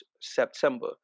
September